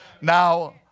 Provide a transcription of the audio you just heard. Now